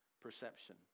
perception